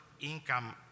income